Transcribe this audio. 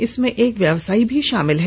इन्हें एक व्यवसायी भी शामिल है